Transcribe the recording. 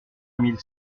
mille